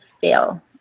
fail